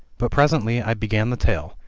but presently i began the tale,